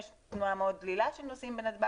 שיש תנועה מאוד דלילה של נוסעים בנתב"ג.